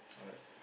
alright